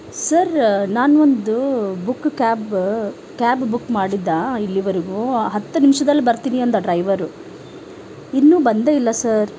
sir ನಾನು ಒಂದು book cab cab book ಮಾಡಿದ್ದೆ ಇಲ್ಲಿವರೆಗೂ ಹತ್ತು ನಿಮಿಷದಲ್ಲಿ ಬರ್ತೀನಿ ಅಂದ ಡ್ರೈವರು ಇನ್ನೂ ಬಂದೇ ಇಲ್ಲ ಸರ್